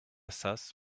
sas